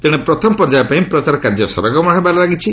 ତେଣେ ପ୍ରଥମ ପର୍ଯ୍ୟାୟ ପାଇଁ ପ୍ରଚାର କାର୍ଯ୍ୟ ସରଗରମ୍ ହେବାରେ ଲାଗିଛି